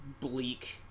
bleak